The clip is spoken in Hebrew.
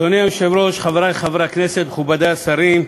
אדוני היושב-ראש, חברי חברי הכנסת, מכובדי השרים,